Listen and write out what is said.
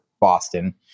Boston